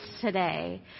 today